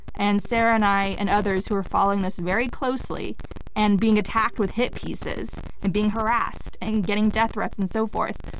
sarah and i and others who are following this very closely and being attacked with hit pieces and being harassed and getting death threats and so forth,